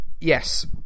Yes